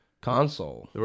console